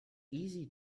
easy